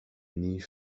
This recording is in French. unis